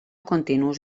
continus